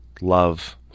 Love